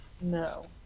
No